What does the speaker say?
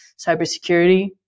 cybersecurity